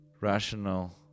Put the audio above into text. rational